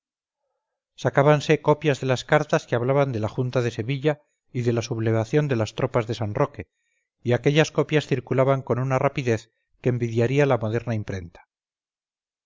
gran suceso sacábanse copias de las cartas que hablaban de la junta de sevilla y de la sublevación de las tropas de san roque y aquellas copias circulaban con una rapidez que envidiaría la moderna imprenta